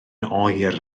oer